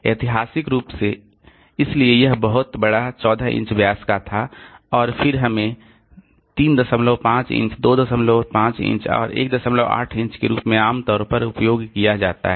ऐतिहासिक रूप से इसलिए यह बहुत बड़ा 14 इंच व्यास का था और फिर हमें 35 इंच 25 इंच और 18 इंच के रूप में आमतौर पर उपयोग किया जाता है